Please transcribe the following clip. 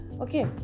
okay